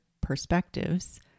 perspectives